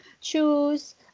choose